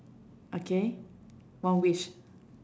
okay one wish